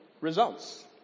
results